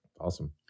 Awesome